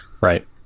Right